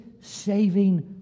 saving